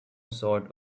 sort